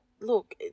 look